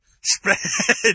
Spread